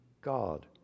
God